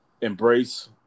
embrace